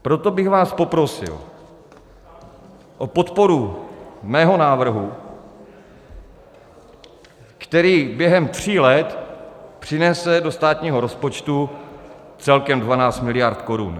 Proto bych vás poprosil o podporu mého návrhu, který během tří let přinese do státního rozpočtu celkem 12 mld. korun.